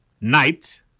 night